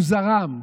הוא "זרם",